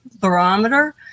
barometer